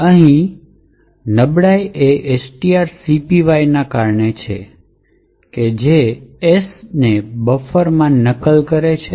અહીં નબળાઈ એ strcpy ને કારણે છે જે S ને બફરમાં નકલ કરે છે